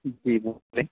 جی بول رہے ہیں